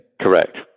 Correct